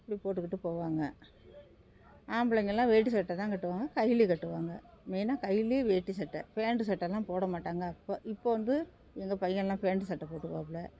இப்படி போட்டுக்கிட்டு போவாங்க ஆம்பளைங்க எல்லாம் வேட்டி சட்டை தான் கட்டுவாங்க கைலி கட்டுவாங்க மெய்னா கைலி வேட்டி சட்டை ஃபேண்ட்டு சட்டைலாம் போட மாட்டாங்க அப்போ இப்போ வந்து எங்கே பையன்லாம் ஃபேண்ட்டு சட்டை போட்டுக்குவாப்பில